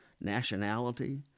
nationality